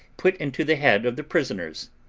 put into the head of the prisoners,